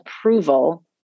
approval